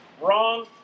wrong